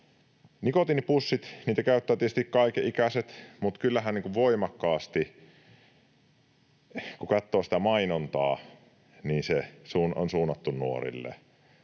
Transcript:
nikotiinipusseja käyttävät tietysti kaikenikäiset, mutta kyllähän, kun katsoo sitä mainontaa, se on voimakkaasti suunnattu nuorille